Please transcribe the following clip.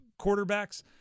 quarterbacks